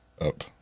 Up